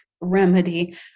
remedy